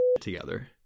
together